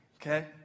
Okay